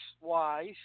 wise